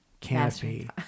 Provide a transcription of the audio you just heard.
canopy